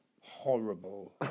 horrible